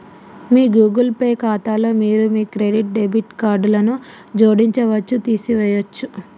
మీ Google Pay ఖాతాలో మీరు మీ క్రెడిట్, డెబిట్ కార్డులను జోడించవచ్చు, తీసివేయచ్చు